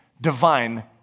divine